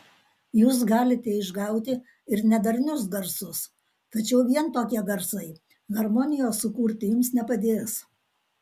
jūs galite išgauti ir nedarnius garsus tačiau vien tokie garsai harmonijos sukurti jums nepadės